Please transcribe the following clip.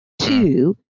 Two